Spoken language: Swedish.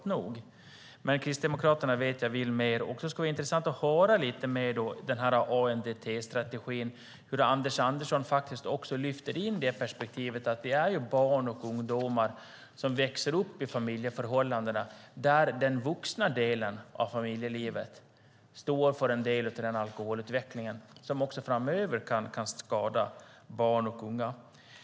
Men jag vet att Kristdemokraterna vill mer. Det skulle därför vara intressant att höra lite mer om ANDT-strategin och hur Anders Andersson faktiskt också lyfter fram perspektivet att det finns barn och ungdomar som växer upp i familjer där de vuxna står för en del av den alkoholutveckling som också framöver kan skada barn och unga.